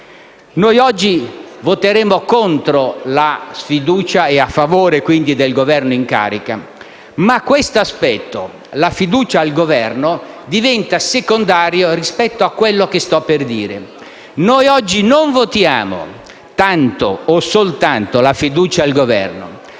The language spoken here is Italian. noi oggi voteremo contro la sfiducia e a favore, quindi, del Governo in carica, ma questo aspetto, la fiducia al Governo, diventa secondario rispetto al fatto che noi oggi non votiamo tanto o soltanto la fiducia al Governo,